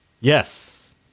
Yes